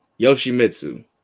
yoshimitsu